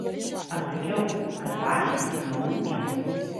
atsakiau kad vagys neūkia